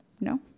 No